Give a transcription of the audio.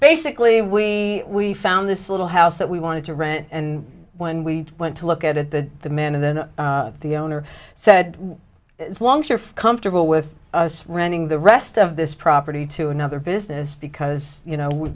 basically we we found this little house that we wanted to rent and when we went to look at it the the men and then the owner said longer feel comfortable with us renting the rest of this property to another business because you know